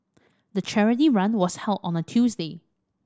the charity run was held on a Tuesday